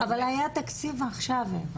היה תקציב עכשיו.